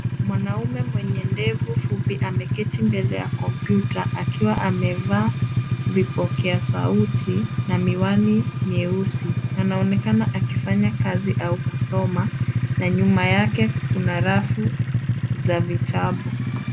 Mwanaume mwenye ndevu fupi ameketi mbele ya kompyuta akiwa amevaa vipokea sauti na miwani mieusi, anaonekana akifanya kazi au kusoma na nyuma yake kuna rafu za vitabu.